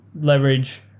leverage